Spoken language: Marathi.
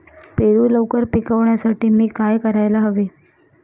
पेरू लवकर पिकवण्यासाठी मी काय करायला हवे?